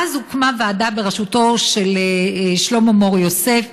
ואז הוקמה ועדה בראשותו של שלמה מור-יוסף,